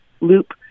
loop